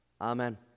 Amen